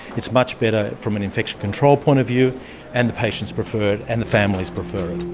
it's much better from an infection control point of view and the patients prefer it and the families prefer it.